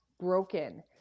broken